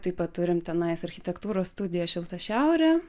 taip pat turim tenais architektūros studiją šilta šiaurė